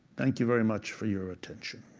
thank you very much for your attention.